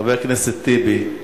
חבר הכנסת טיבי,